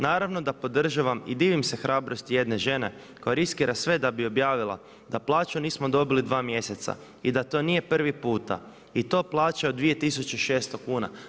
Naravno da podržavam i divim se hrabrosti jedne žene koja riskira sve da bi objavila da plaću nismo dobili dva mjeseca i da to nije prvi puta i to plaća od 2600 kuna“